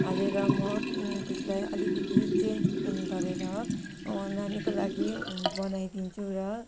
हालेर म त्यसलाई अलिकति चेन्ज गरेर नानीको लागि बनाई दिन्छु र